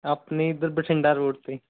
ਆਪਣੇ ਇੱਧਰ ਬਠਿੰਡਾ ਰੋਡ 'ਤੇ